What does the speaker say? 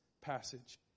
passage